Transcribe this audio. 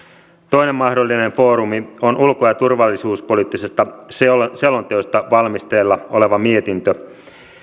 toinen mahdollinen foorumi on ulko ja turvallisuuspoliittisesta selonteosta valmisteilla oleva mietintö